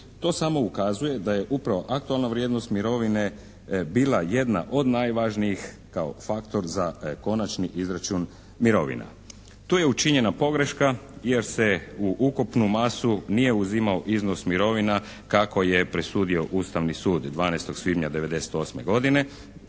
To samo ukazuje da je upravo aktualna vrijednost mirovine bila jedna od najvažnijih kao faktor za taj konačni izračun mirovina. Tu je učinjena pogreška jer se u ukupnu masu nije uzimao iznos mirovina kako je presudio Ustavni sud od 12. svibnja '98. godine